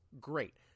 Great